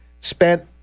spent